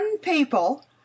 people